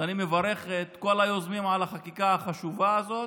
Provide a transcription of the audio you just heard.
אז אני מברך את כל היוזמים על החקיקה החשובה הזאת.